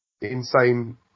insane